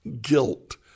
guilt